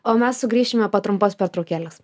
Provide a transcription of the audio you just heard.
o mes sugrįšime po trumpos pertraukėlės